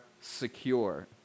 secure